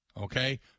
okay